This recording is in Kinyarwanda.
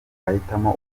ahitamo